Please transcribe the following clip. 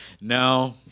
no